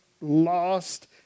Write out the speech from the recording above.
lost